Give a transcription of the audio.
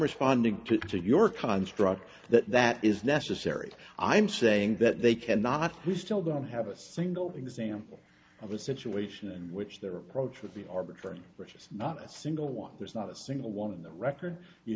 responding to to your construct that that is necessary i'm saying that they cannot we still don't have a single example of a situation in which their approach would be arbitrary which is not a single one there's not a single one in the record you